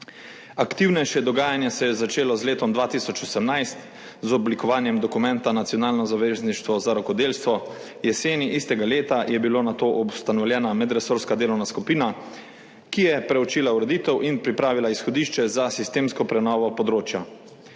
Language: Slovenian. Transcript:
Aktivnejše dogajanje se je začelo z letom 2018 z oblikovanjem dokumenta Nacionalno zavezništvo za rokodelstvo. Jeseni istega leta je bila nato ustanovljena medresorska delovna skupina, ki je preučila ureditev in pripravila izhodišče za sistemsko prenovo področja.